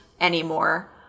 anymore